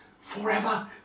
forever